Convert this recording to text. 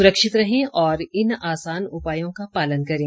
सुरक्षित रहें और इन आसान उपायों का पालन करें